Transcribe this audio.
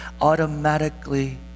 automatically